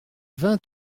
vingt